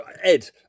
Ed